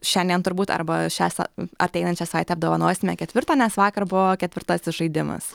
šiandien turbūt arba šią sa ateinančią savaitę apdovanosime ketvirtą nes vakar buvo ketvirtasis žaidimas